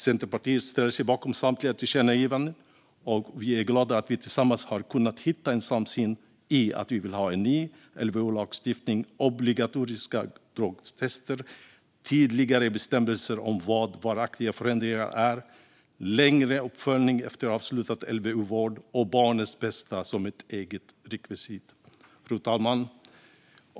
Centerpartiet ställer sig bakom samtliga tillkännagivanden, och vi är glada över att vi tillsammans har kunnat hitta en samsyn i att vi vill ha en ny LVU-lagstiftning, obligatoriska drogtester, tydligare bestämmelser om vad varaktiga förändringar är, längre uppföljning efter avslutad LVU-vård och barnets bästa som ett eget rekvisit. Fru talman!